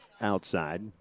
outside